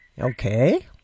Okay